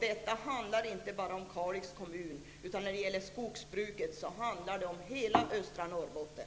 Det handlar inte bara om Kalix kommun. När det gäller skogsbruket handlar det om hela östra Norrbotten.